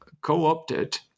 co-opted